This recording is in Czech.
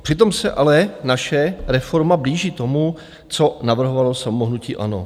Přitom se ale naše reforma blíží tomu, co navrhovalo samo hnutí ANO.